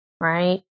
Right